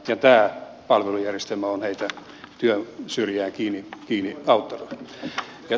tämä palvelujärjestelmä on heitä työn syrjään kiinni auttanut